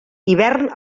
hivern